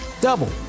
Double